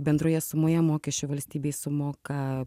bendroje sumoje mokesčių valstybei sumoka